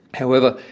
however,